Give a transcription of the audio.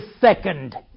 second